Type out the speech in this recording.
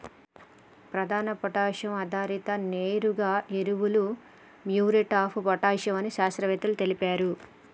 ప్రధాన పొటాషియం ఆధారిత నేరుగా ఎరువులు మ్యూరేట్ ఆఫ్ పొటాష్ అని శాస్త్రవేత్తలు తెలిపారు